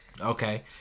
okay